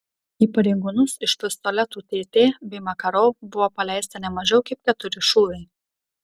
į pareigūnus iš pistoletų tt bei makarov buvo paleista ne mažiau kaip keturi šūviai